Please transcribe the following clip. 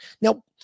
Now